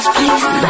Please